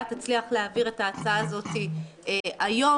היום,